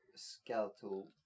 skeletal